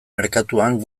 merkatuan